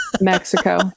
Mexico